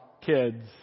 kids